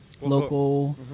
local